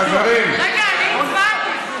חברים, רגע, אני הצבעתי.